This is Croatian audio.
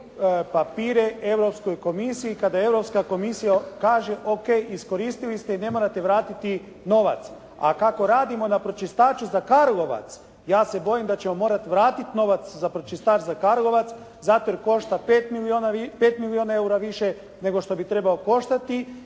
papire Europskoj komisiji i kada Europska komisija kaže o.k. iskoristili ste i ne morate vratiti novac. A kako radimo na pročistaču za Karlovac, ja se bojim da ćemo morati vratiti novac za pročistač za Karlovac zato jer košta 5 milijuna eura više nego što bi trebao koštati